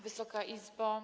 Wysoka Izbo!